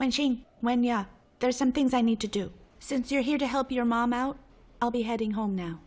when she when yeah there's some things i need to do since you're here to help your mom out i'll be heading home now